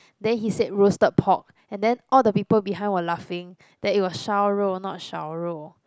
then he say roasted pork and then all the people behind were laughing that it was 烧肉 not 少肉